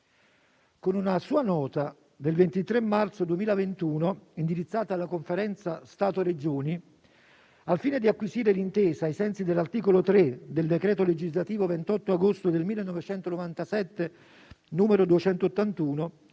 Con una sua nota del 23 marzo 2021 indirizzata alla Conferenza Stato-Regioni, al fine di acquisire l'intesa ai sensi dell'articolo 3, del decreto legislativo n. 281 del 28 agosto 1997,